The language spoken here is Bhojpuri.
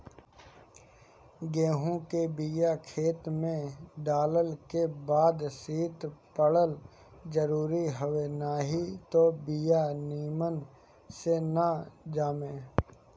गेंहू के बिया खेते में डालल के बाद शीत पड़ल जरुरी हवे नाही त बिया निमन से ना जामे